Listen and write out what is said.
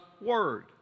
Word